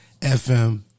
FM